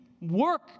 work